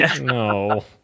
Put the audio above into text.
no